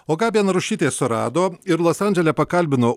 o gabija narušytė surado ir los andžele pakalbino